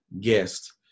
guest